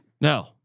No